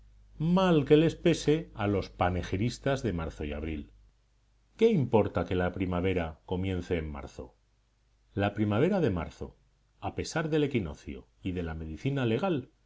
mal que les pese a los panegiristas de marzo y abril qué importa que la primavera comience en marzo la primavera de marzo a pesar del equinoccio y de la medicina legal